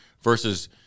versus